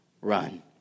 run